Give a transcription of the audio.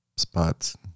spots